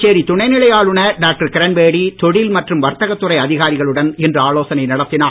புதுச்சேரி துணைநிலை ஆளுநர் டாக்டர் கிரண்பேடி தொழில் மற்றும் வர்த்தக துறை அதிகாரிகளுடன் இன்று ஆலோசனை நடத்தினார்